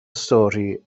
stori